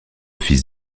fils